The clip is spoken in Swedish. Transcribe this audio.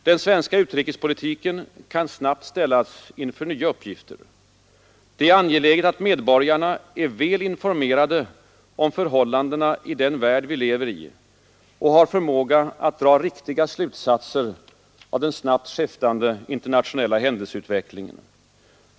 Den svenska utrikespolitiken kan snabbt ställas inför nya uppgifter. Det är angeläget att medborgarna är väl informerade om förhållandena i den värld vi lever i och har förmåga att dra riktiga slutsatser av den snabbt skiftande internationella händelseutvecklingen.